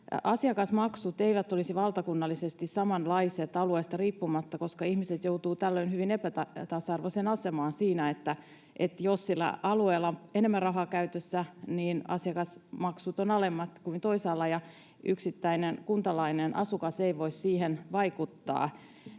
asiakasmaksut eivät olisi valtakunnallisesti samanlaiset alueesta riippumatta, koska ihmiset joutuvat nyt hyvin epätasa-arvoiseen asemaan siinä: jos alueella on enemmän rahaa käytössä, asiakasmaksut ovat alemmat kuin toisaalla, ja yksittäinen kuntalainen, asukas, ei voi siihen vaikuttaa.